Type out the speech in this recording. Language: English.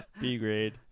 B-grade